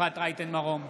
אפרת רייטן מרום,